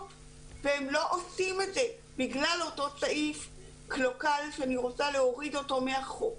והם לא עושים את זה בגלל אותו סעיף קלוקל שאני רוצה להוריד אותו מהחוק.